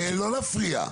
לא להפריע.